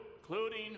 including